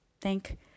Thank